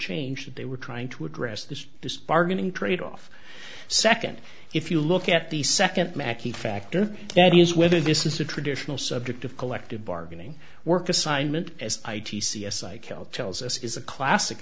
change they were trying to address this is bargaining tradeoff second if you look at the second makea factor that is whether this is a traditional subject of collective bargaining work assignment as i t c s i kill tells us is a classic